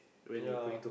ya